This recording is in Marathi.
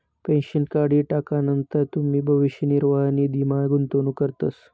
पेन्शन काढी टाकानंतर तुमी भविष्य निर्वाह निधीमा गुंतवणूक करतस